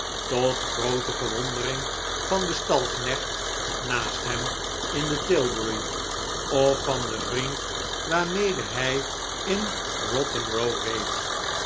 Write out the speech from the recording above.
tot groote verwondering van den stalknecht naast hem in de tilbury of van den vriend waarmede hij in rotten row reed